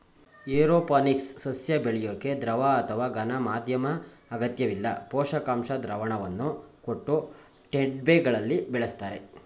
aeroponics ಸಸ್ಯ ಬೆಳ್ಯೋಕೆ ದ್ರವ ಅಥವಾ ಘನ ಮಾಧ್ಯಮ ಅಗತ್ಯವಿಲ್ಲ ಪೋಷಕಾಂಶ ದ್ರಾವಣವನ್ನು ಕೊಟ್ಟು ಟೆಂಟ್ಬೆಗಳಲ್ಲಿ ಬೆಳಿಸ್ತರೆ